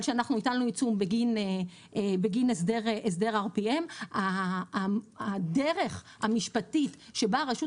אבל אנחנו הטלנו עיצום בגין הסדר RPM. הדרך המשפטית שבה רשות